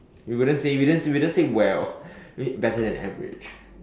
you wouldn't say you just you just say well I mean better than average